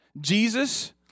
Jesus